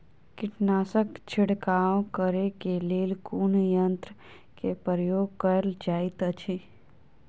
कीटनासक छिड़काव करे केँ लेल कुन यंत्र केँ प्रयोग कैल जाइत अछि?